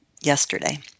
yesterday